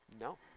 No